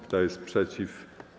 Kto jest przeciw?